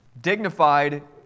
Dignified